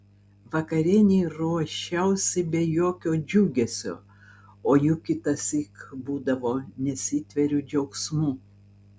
vakarienei ruošiausi be jokio džiugesio o juk kitąsyk būdavo nesitveriu džiaugsmu